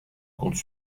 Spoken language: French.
compte